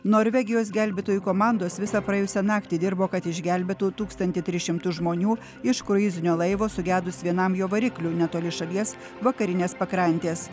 norvegijos gelbėtojų komandos visą praėjusią naktį dirbo kad išgelbėtų tūkstantį tris šimtus žmonių iš kruizinio laivo sugedus vienam jo variklių netoli šalies vakarinės pakrantės